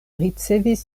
ricevis